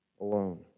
alone